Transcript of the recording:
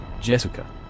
Jessica